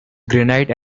granite